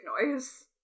noise